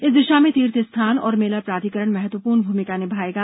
इस दिशा में तीर्थ स्थान और मेला प्राधिकरण महत्वपूर्ण भूमिका निभाएगा